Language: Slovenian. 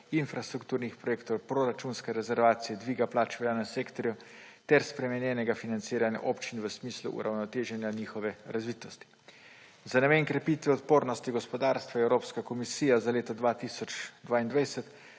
infrastrukturnih projektov, proračunske rezervacije, dviga plač v javnem sektorju ter spremenjenega financiranja občin v smislu uravnoteženja njihove razvitosti. Za namen krepitve odpornosti gospodarstva je Evropska komisija za leto 2022